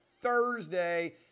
Thursday